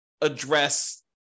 address